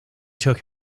took